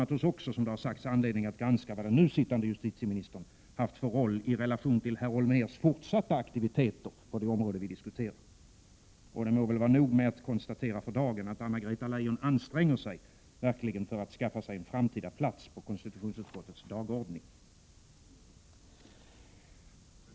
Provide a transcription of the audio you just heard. Nästa riksdag har också anledning att granska vad den nu sittande justitieministern haft för roll i relation till herr Holmérs fortsatta aktiviteter på det område vi diskuterar. Det må vara nog med att nu konstatera, att Anna-Greta Leijon verkligen anstränger sig för att skaffa sig en framtida plats på konstitutionsutskottets dagordning.